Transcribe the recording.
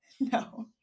No